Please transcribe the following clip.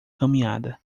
caminhada